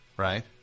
Right